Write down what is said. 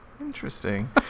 Interesting